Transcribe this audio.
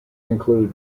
include